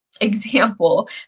example